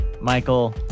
Michael